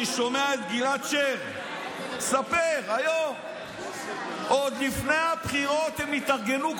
אני שומע את גלעד שר מספר היום שעוד לפני הבחירות הם התארגנו,